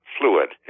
fluid